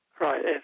Right